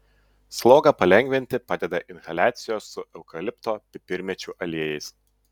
slogą palengvinti padeda inhaliacijos su eukalipto pipirmėčių aliejais